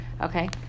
Okay